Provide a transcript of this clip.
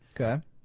Okay